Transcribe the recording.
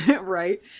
Right